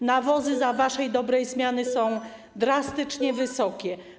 Ceny nawozów za waszej dobrej zmiany są drastycznie wysokie.